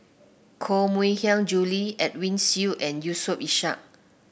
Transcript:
Koh Mui Hiang Julie Edwin Siew and Yusof Ishak